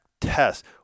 test